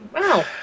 Wow